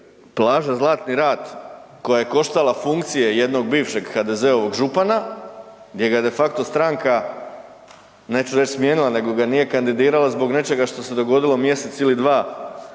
plaža Zlatni rat koja je koštala funkcije jednog bivšeg HDZ-ovog župana, gdje ga je de facto stranka, neću reći smijenila, nego ga nije kandidirala zbog nečega što se dogodilo mjesec ili dva